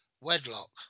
wedlock